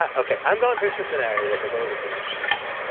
ah okay. i'm going through cincinnati with a load of orange juice,